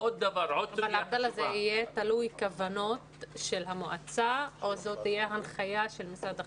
זה יהיה תלוי כוונות של המועצה או זאת תהיה הנחיה של משרד החינוך?